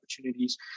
opportunities